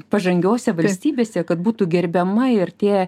pažangiose valstybėse kad būtų gerbiama ir tie